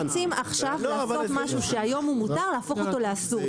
אנחנו רוצים משהו שהיום הוא מותר להפוך אותו לאסור.